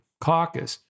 caucus